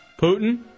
Putin